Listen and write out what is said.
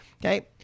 Okay